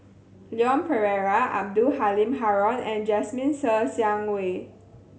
Leon Perera Abdul Halim Haron and Jasmine Ser Xiang Wei